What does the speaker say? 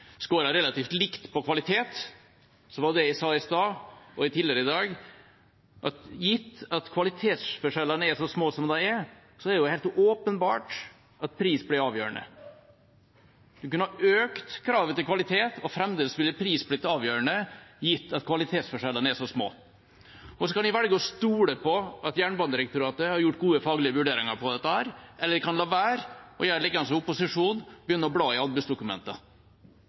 slutt, scorer relativt likt på kvalitet: Det jeg sa i stad, og tidligere i dag, var at gitt at kvalitetsforskjellene er så små som de er, er det helt åpenbart at pris blir avgjørende. En kunne ha økt kravet til kvalitet, og fremdeles ville pris ha blitt avgjørende, gitt at kvalitetsforskjellene er så små. Så kan jeg velge å stole på at Jernbanedirektoratet har gjort gode faglige vurderinger av dette, eller jeg kan la være og gjøre som opposisjonen: begynne å bla i arbeidsdokumentene. Men jeg velger altså å stole på at det